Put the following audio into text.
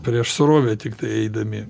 prieš srovę tiktai eidami